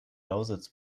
lausitz